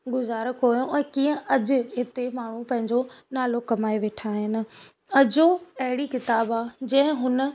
गुज़ारो कयो ऐं कीअं अॼु हिते माण्हू पंहिंजो नालो कमाए वेठा आहिनि अजो अहिड़ी किताबु आहे जंहिं हुन